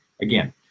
Again